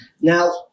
Now